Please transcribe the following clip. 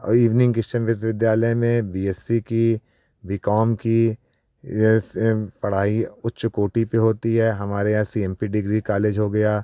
औ ईवनिंग किश्चन विश्वविद्यालय में बी एस सी की बी कॉम की ये सेम पढ़ाई उच्च कोटि पर होती है हमारे यहाँ C M P degree college हो गया